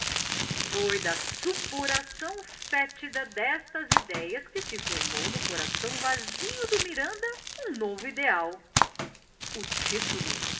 foi da supuração fétida destas idéias que se formou no coração vazio do miranda um novo ideal o título